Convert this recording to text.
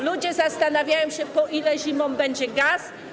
Ludzie zastanawiają się, po ile zimą będzie gaz.